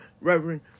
Reverend